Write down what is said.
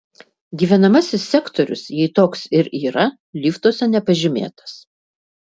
gyvenamasis sektorius jei toks ir yra liftuose nepažymėtas